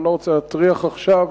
אני לא רוצה להטריח עכשיו.